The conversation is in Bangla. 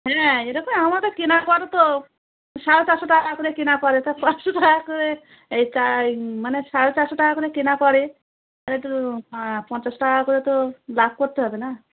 হ্যাঁ এরকম আমার তো কেনা পরে তো সাড়ে চারশো টাকা করে কেনা পরে তা পাঁচশো টাকা করে এই মানে সাড়ে চারশো টাকা করে কেনা পরে একটু পঞ্চাশ টাকা করে তো লাভ করতে হবে না